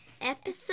episode